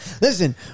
Listen